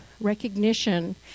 recognition